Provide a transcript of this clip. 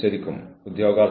എന്താണ് ധാർമ്മികത